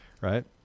Right